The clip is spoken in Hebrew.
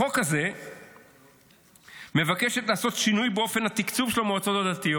החוק הזה מבקש לעשות שינוי באופן התקצוב של המועצות הדתיות.